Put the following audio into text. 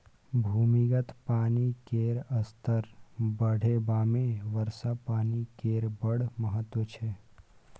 भूमिगत पानि केर स्तर बढ़ेबामे वर्षा पानि केर बड़ महत्त्व छै